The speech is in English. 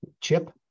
CHIP